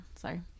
Sorry